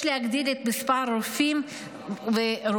יש להגדיל את מספר הרופאים והרופאות,